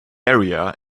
area